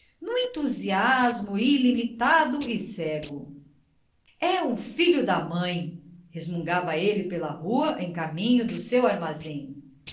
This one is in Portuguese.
instante num entusiasmo ilimitado e cego é um filho da mãe resmungava ele pela rua em caminho do seu armazém